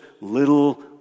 little